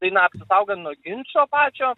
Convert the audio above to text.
tai na apsaugant nuo ginčo pačio